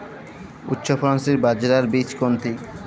উচ্চফলনশীল বাজরার বীজ কোনটি?